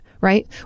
Right